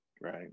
Right